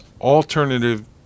alternative